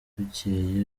bukeye